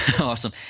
Awesome